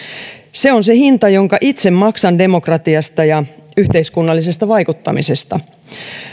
se on se hinta jonka itse maksan demokratiasta ja yhteiskunnallisesta vaikuttamisesta